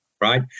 right